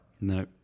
No